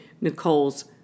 Nicole's